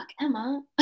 Emma